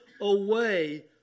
away